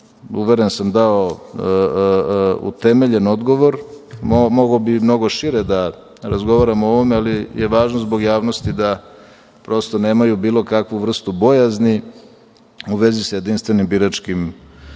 da sam vam dao utemeljen odgovor. Mogao bih mnogo šire da razgovaram o ovome, ali važno zbog javnosti, prosto, da nemaju bilo kakvu vrstu bojazni u vezi sa jedinstvenim biračkim spiskom